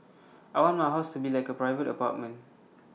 I want my house to be like A private apartment